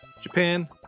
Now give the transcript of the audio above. Japan